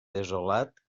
desolat